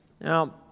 Now